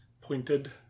pointed